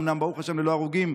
אומנם ברוך השם ללא הרוגים,